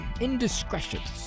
indiscretions